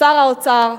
שר האוצר,